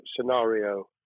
scenario